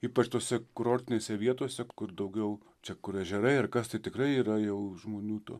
ypač tose kurortinėse vietose kur daugiau čia kur ežerai ar kas tai tikrai yra jau žmonių tų